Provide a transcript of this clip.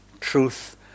truth